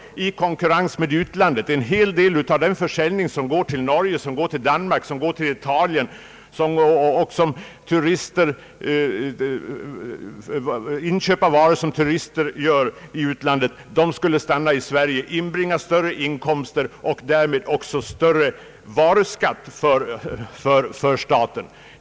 Dessutom skulle en hel del av de inköp som svenska turister gör i exempelvis Norge, Danmark och Italien i stället göras här hemma, vilket skulle medföra att staten fick in större belopp i form av mervärdeskatt.